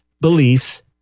beliefs